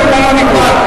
שב במקומך,